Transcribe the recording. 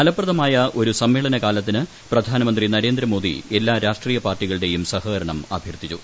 ഫലപ്രദമായ ഒരു സമ്മേളനകാലത്തിന് പ്രധാനമന്ത്രി നരേന്ദ്രമോദി എല്ലാ രാഷ്ട്രീയ പാർട്ടികളുടേയും സഹകരണം അഭ്യർഥിച്ചു